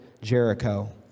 Jericho